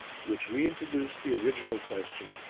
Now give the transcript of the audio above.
which reintroduced the original question,